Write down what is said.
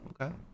Okay